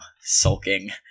sulking